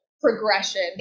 progression